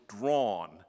drawn